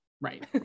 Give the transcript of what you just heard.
Right